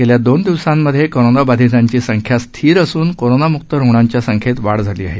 गेल्या दोन दिवसांत कोरोनाबाधितांची संख्या स्थिर असून कोरोनाम्क्त रुग्णांच्या संख्येत वाढ झाली आहे